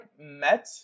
met